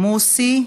מוּסי רז.